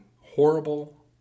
horrible